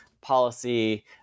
policy